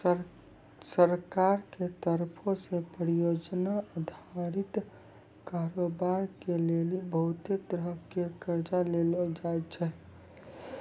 सरकार के तरफो से परियोजना अधारित कारोबार के लेली बहुते तरहो के कर्जा देलो जाय छै